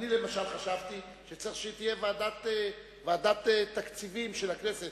אני למשל חשבתי שצריך שתהיה ועדת תקציבים של הכנסת,